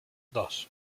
dos